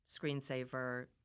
Screensaver